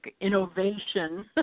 innovation